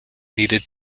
needed